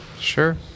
Sure